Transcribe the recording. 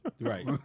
right